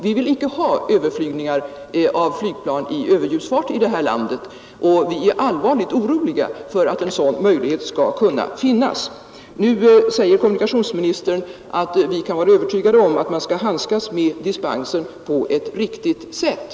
Vi vill i detta land icke ha överflygningar av flygplan i överljudsfart, och vi är allvarligt oroade för att en sådan möjlighet skall finnas. Nu säger kommunikationsministern att vi kan vara övertygade om att man skall handskas med dispensmöjligheten på ett riktigt sätt.